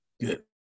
Good